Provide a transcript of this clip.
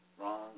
Wrong